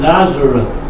Nazareth